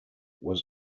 was